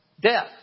death